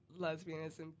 lesbianism